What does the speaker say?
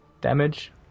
damage